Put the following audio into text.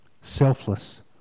selfless